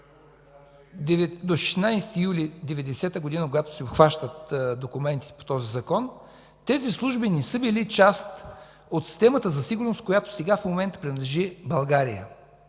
До 16 юли 1990 г., когато се обхващат документите по този закон, тези служби не са били част от системата за сигурност, към която България в момента принадлежи.